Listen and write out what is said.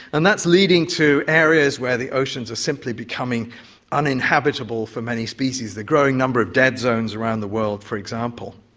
and that's leading to areas where the oceans are simply becoming uninhabitable for many species, the growing number of dead zones around the world for example.